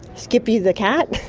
skippy the cat?